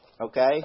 okay